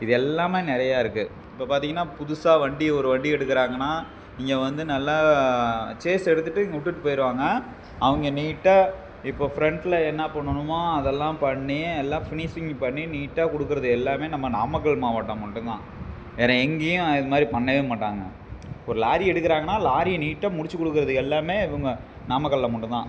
இது எல்லாமே நிறையா இருக்கு இப்பப் பார்த்தீங்கன்னா புதுசாக வண்டி ஒரு வண்டி எடுக்குறாங்கன்னா இங்கே வந்து நல்லா சேஸ் எடுத்துகிட்டு இங்கே விட்டுட்டு போயிருவாங்க அவங்க நீட்டாக இப்போ ஃப்ரண்ட்டில என்ன பண்ணணுமோ அதெல்லாம் பண்ணி எல்லாம் ஃபினிஷிங் பண்ணி நீட்டாக கொடுக்கறது எல்லாமே நம்ம நாமக்கல் மாவட்டம் மட்டும் தான் வேறு எங்கேயும் இது மாதிரி பண்ணவே மாட்டாங்க ஒரு லாரி எடுக்குறாங்கன்னா லாரிய நீட்டாக முடிச்சிக் கொடுக்கறது எல்லாமே இவங்க நாமக்கலில் மட்டும் தான்